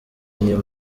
n’iyo